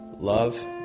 Love